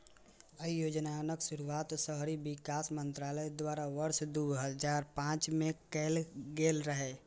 अय योजनाक शुरुआत शहरी विकास मंत्रालय द्वारा वर्ष दू हजार पांच मे कैल गेल रहै